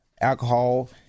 alcohol